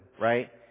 right